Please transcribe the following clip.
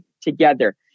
together